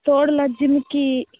தோடில் ஜிமிக்கி